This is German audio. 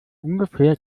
ungefähr